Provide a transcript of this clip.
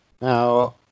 now